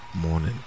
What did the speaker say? morning